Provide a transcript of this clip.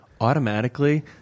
automatically